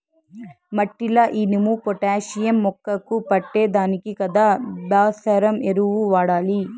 మట్టిల ఇనుము, పొటాషియం మొక్కకు పట్టే దానికి కదా భాస్వరం ఎరువులు వాడాలి